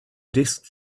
desk